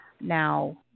Now